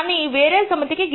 కానీ వేరే సమితి కి తీసాను